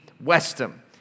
Westham